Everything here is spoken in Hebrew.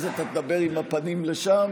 אז אתה תדבר עם הפנים לשם